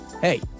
hey